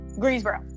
Greensboro